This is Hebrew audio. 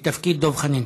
בתפקיד דב חנין.